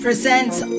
presents